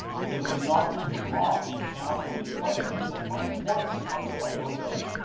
because i'm not going to drop the account or the department because i might want to slice by those later.